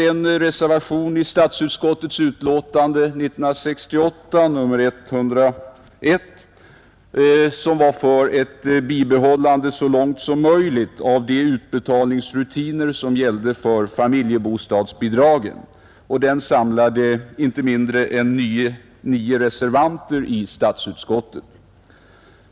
En reservation till statsutskottets utlåtande 1968:101 för ett bibehållande så långt som möjligt av de utbetalningsrutiner som gällde för familjebostadsbidragen samlade inte mindre än nio reservanter i statsutskottet.